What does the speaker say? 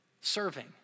Serving